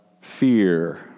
fear